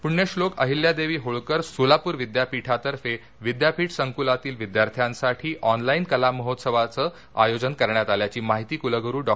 पुण्यश्नोक अहिल्यादेवी होळकर सोलापूर विद्यापीठातर्फे विद्यापीठ संकुलातील विद्यार्थ्यांसाठी ऑनलाइन कलामहोत्सवाचे आयोजन करण्यात आल्याची माहिती कुलगुरू डॉ